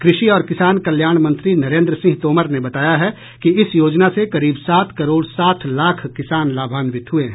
कृषि और किसान कल्याण मंत्री नरेन्द्र सिंह तोमर ने बताया है कि इस योजना से करीब सात करोड़ साठ लाख किसान लाभान्वित हुए हैं